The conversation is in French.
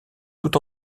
tout